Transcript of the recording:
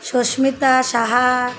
Susmita Saha